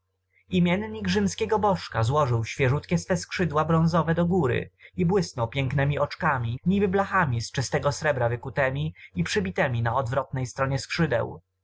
imiennik rzymskiego bożka złożył świeżutkie swoje skrzydła bronzowe do góry i błysnął pięknemi oczkami niby blachami z czystego srebra wykutemi i przybitemi na odwrotnej stronie skrzydeł